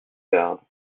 garde